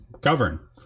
govern